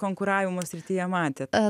konkuravimo srityje matėt